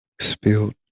spilled